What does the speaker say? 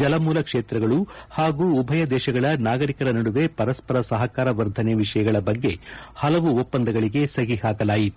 ಜಲಮೂಲ ಕ್ಷೇತ್ರಗಳು ಹಾಗೂ ಉಭಯ ದೇಶಗಳ ನಾಗರಿಕರ ನಡುವೆ ಪರಸ್ಸರ ಸಹಕಾರವರ್ಧನೆ ವಿಷಯಗಳ ಬಗ್ಗೆ ಹಲವು ಒಪ್ಸಂದಗಳಿಗೆ ಸಹಿ ಹಾಕಲಾಯಿತು